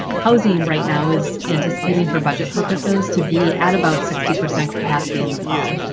housing right now is anticipating for budget purposes to be at about sixty percent capacity in the fall.